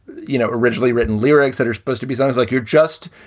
you know, originally written lyrics that are supposed to be sounds like you're just,